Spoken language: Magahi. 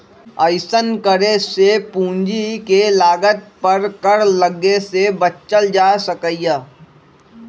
अइसन्न करे से पूंजी के लागत पर कर लग्गे से बच्चल जा सकइय